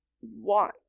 want